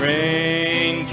Rain